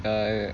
uh